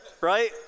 Right